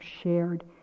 shared